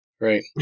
right